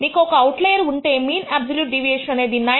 మీకు ఒక అవుట్లయర్ ఉంటే మీన్ ఆబ్సొల్యూట్ డీవియేషన్ అనేది 9